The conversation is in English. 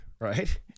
right